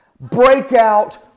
breakout